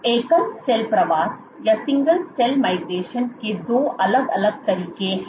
तो एकल सेल प्रवास single cell migration के दो अलग अलग तरीके हैं